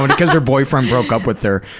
cause her boyfriend broke up with her.